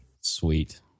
Sweet